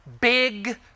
big